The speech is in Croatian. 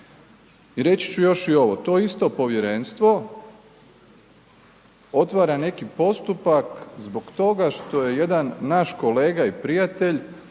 I reći ću još i ovo, to isto povjerenstvo otvara neki postupak zbog toga što je jedan naš kolega i prijatelj